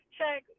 Check